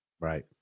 Right